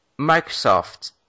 Microsoft